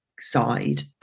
side